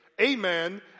amen